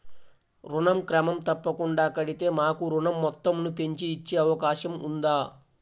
ఋణం క్రమం తప్పకుండా కడితే మాకు ఋణం మొత్తంను పెంచి ఇచ్చే అవకాశం ఉందా?